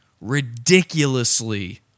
ridiculously